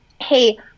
hey